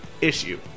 issue